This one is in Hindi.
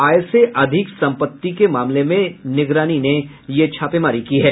आय से अधिक संपत्ति मामले में निगरानी ने ये छापेमारी की है